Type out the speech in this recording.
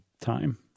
time